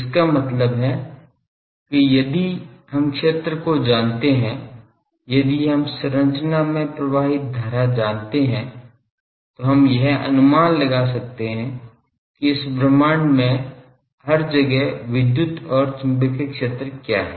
इसका मतलब है कि यदि हम क्षेत्र को जानते हैं यदि हम संरचना में प्रवाहित धारा जानते हैं तो हम यह अनुमान लगा सकते हैं कि इस ब्रह्मांड में हर जगह विद्युत और चुंबकीय क्षेत्र क्या है